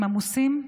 הם עמוסים,